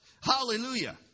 Hallelujah